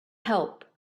help